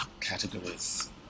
categories